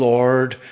Lord